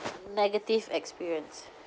negative experience